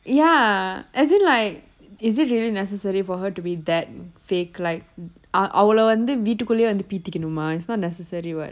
ya as in like is it really necessary for her to be that fake like அவளோ வந்து வீட்டுக்குள்ளேயியே பீத்திக்கணுமா:avalo vanthu veetukkulleiye peethikkanuma it's not necessary [what]